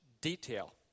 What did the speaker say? detail